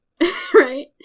right